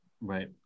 right